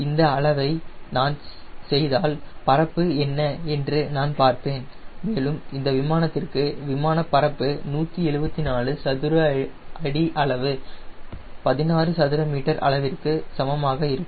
இந்த அளவை நான் செய்தால் பரப்பு என்ன என்று நான் பார்ப்பேன் மேலும் இந்த விமானத்திற்கு விமான பரப்பு 174 சதுர அடி அளவு 16 சதுர மீட்டர் அளவிற்கு சமமாக இருக்கும்